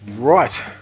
Right